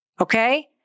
okay